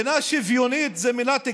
מדינה שוויונית אלו מילות גנאי?